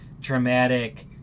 dramatic